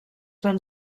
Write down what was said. van